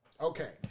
Okay